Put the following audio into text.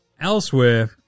Elsewhere